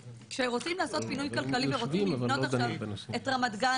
כשרוצים לעשות פינוי כלכלי ורוצים לבנות את רמת גן